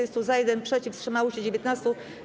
za, 1 - przeciw, wstrzymało się 19.